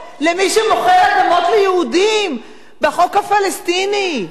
למי שמוכר אדמות ליהודים בחוק הפלסטיני.